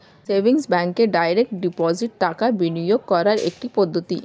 savings ব্যাঙ্কে direct deposit টাকা বিনিয়োগ করার একটি পদ্ধতি